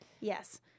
Yes